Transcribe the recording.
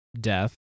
death